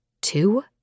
Two